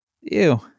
Ew